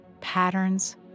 patterns